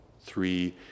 three